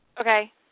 Okay